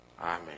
Amen